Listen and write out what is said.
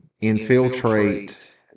infiltrate